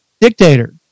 dictator